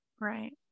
Right